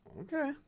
okay